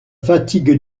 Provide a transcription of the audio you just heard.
fatigue